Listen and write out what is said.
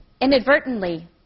inadvertently